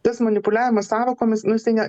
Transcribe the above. tas manipuliavimas sąvokomis nu jisai ne